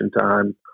time